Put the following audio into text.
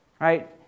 right